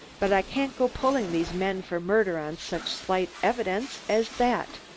but i can't go pulling these men for murder on such slight evidence as that,